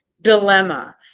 dilemma